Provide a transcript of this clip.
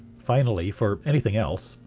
finally, for anything else,